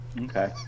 Okay